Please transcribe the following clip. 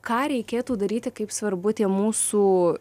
ką reikėtų daryti kaip svarbu tie mūsų